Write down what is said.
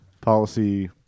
Policy